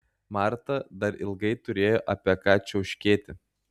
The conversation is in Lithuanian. marta dar ilgai turėjo apie ką čiauškėti